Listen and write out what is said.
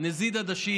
נזיד עדשים?